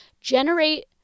generate